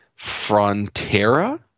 Frontera